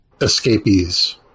escapees